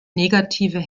negative